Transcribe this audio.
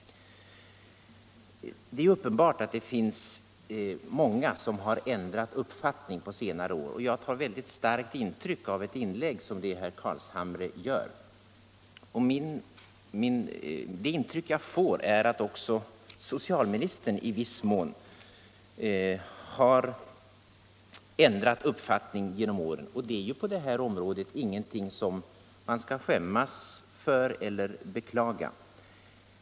Det är uppenbart att det finns många som har ändrat uppfattning på senare år, och jag har väldigt starkt intryck av ett inlägg som det herr Carlshamre gjorde. Det intryck jag får är att också socialministern i viss mån har ändrat uppfattning genom åren, och det är ju på det här området ingenting som man skall skämmas för eller beklaga.